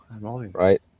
Right